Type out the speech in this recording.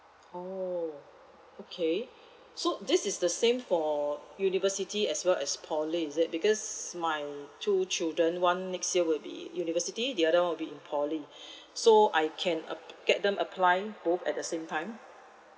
oh okay so this is the same for university as well as poly is it because my two children one next year will be it university the other one will be in poly so I can um get them apply both at the same time